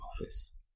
office